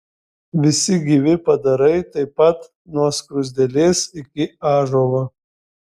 visi gyvi padarai taip pat nuo skruzdėlės iki ąžuolo